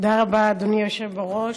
תודה רבה, אדוני היושב-ראש.